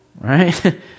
right